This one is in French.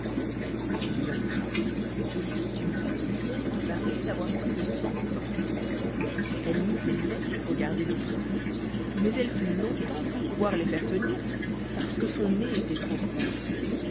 il y entra et vit une petite vieille qui paraissait avoir plus de cent ans elle mit ses lunettes pour regarder le prince mais elle fut longtemps sans pouvoir les faire tenir parce que son nez était trop court